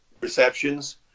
receptions